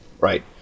right